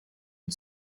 and